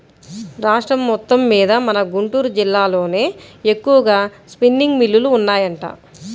రాష్ట్రం మొత్తమ్మీద మన గుంటూరు జిల్లాలోనే ఎక్కువగా స్పిన్నింగ్ మిల్లులు ఉన్నాయంట